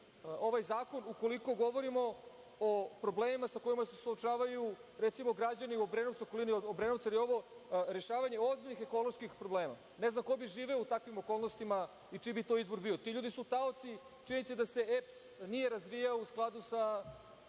ovaj zakon ukoliko govorimo o problemima sa kojima se suočavaju građani Obrenovca, u okolini Obrenovca, jer je ovo rešavanje ozbiljnih ekoloških problema. Ne znam ko bi živeo u takvim okolnostima i čiji bi to izbor bio. Ti ljudi su taoci. Činjenica je da se EPS nije razvijao u skladu sa